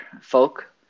folk